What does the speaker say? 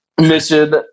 Mission